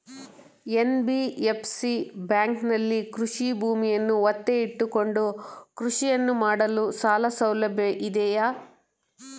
NBFC ಬ್ಯಾಂಕಿನಲ್ಲಿ ಕೃಷಿ ಭೂಮಿಯನ್ನು ಒತ್ತೆ ಇಟ್ಟುಕೊಂಡು ಕೃಷಿಯನ್ನು ಮಾಡಲು ಸಾಲಸೌಲಭ್ಯ ಇದೆಯಾ?